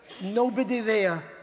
nobody-there